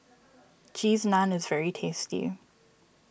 Cheese Naan is very tasty